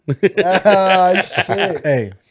Hey